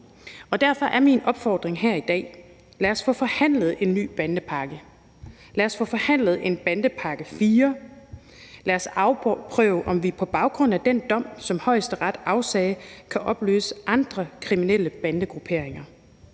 Derfor er min opfordring her i dag: Lad os få forhandlet en ny bandepakke; lad os få forhandlet en bandepakke IV; lad os afprøve, om vi på baggrund af den dom, som Højesteret afsagde, kan opløse andre kriminelle bandegrupperinger;